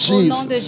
Jesus